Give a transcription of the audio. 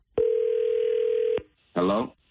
Hello